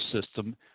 system